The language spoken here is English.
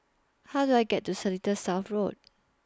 How Do I get to Seletar South Road